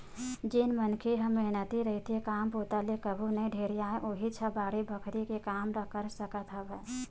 जेन मनखे ह मेहनती रहिथे, काम बूता ले कभू नइ ढेरियावय उहींच ह बाड़ी बखरी के काम ल कर सकत हवय